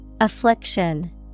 Affliction